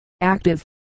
active